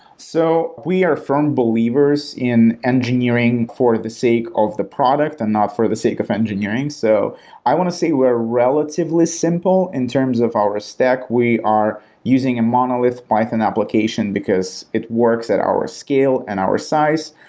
so we are firm believers in engineering for the sake of the product and not for the sake of engineering. so i want to say we're relatively simple in terms of our stack. we are using a monolith python application, because it works at our scale and our size.